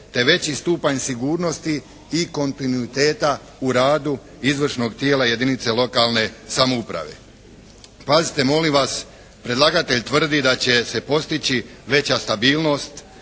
te veći stupanj sigurnosti i kontinuiteta u radu izvršnog tijela jedinice lokalne samouprave. Pazite molim vas, predlagatelj tvrdi da će se postići veća stabilnost,